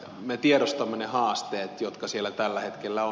me tiedostamme ne haasteet jotka siellä tällä hetkellä on